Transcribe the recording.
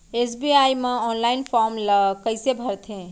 SBI म online form ल कइसे भरथे?